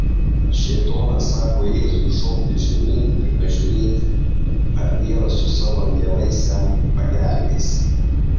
šėtonas sako jėzui šokti žemyn ir pažiūrėti ar dievas su savo angelais jam pagelbės